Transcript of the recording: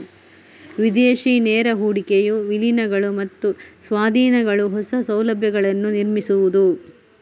ವಿದೇಶಿ ನೇರ ಹೂಡಿಕೆಯು ವಿಲೀನಗಳು ಮತ್ತು ಸ್ವಾಧೀನಗಳು, ಹೊಸ ಸೌಲಭ್ಯಗಳನ್ನು ನಿರ್ಮಿಸುವುದು